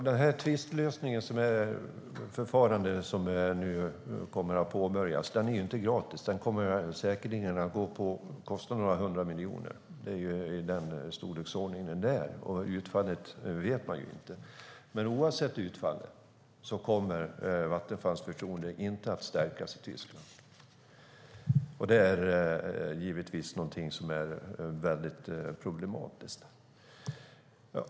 Herr talman! Tvistlösningsförfarandet som nu kommer att påbörjas är inte gratis. Det kommer säkerligen att kosta några hundra miljoner. Det är den storleksordningen det handlar om, och utfallet vet man inte. Men oavsett utfallet kommer Vattenfalls förtroende inte att stärkas i Tyskland. Det är givetvis problematiskt.